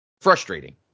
frustrating